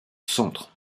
centre